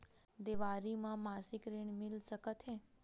देवारी म मासिक ऋण मिल सकत हे?